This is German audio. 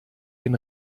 den